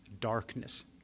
darkness